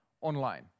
online